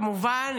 כמובן,